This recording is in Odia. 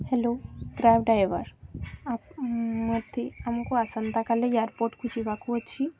ହ୍ୟାଲୋ କ୍ୟାବ୍ ଡ୍ରାଇଭର୍ ମୋତେ ଆମକୁ ଆସନ୍ତାକାଲି ଏୟାରପୋର୍ଟକୁ ଯିବାକୁ ଅଛି